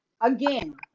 again